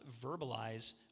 verbalize